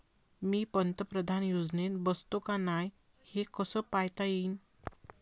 मी पंतप्रधान योजनेत बसतो का नाय, हे कस पायता येईन?